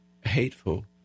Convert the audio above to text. hateful